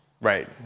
Right